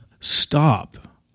Stop